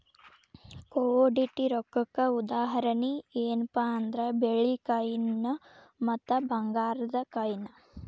commodity ರೊಕ್ಕಕ್ಕ ಉದಾಹರಣಿ ಯೆನ್ಪಾ ಅಂದ್ರ ಬೆಳ್ಳಿ ಕಾಯಿನ್ ಮತ್ತ ಭಂಗಾರದ್ ಕಾಯಿನ್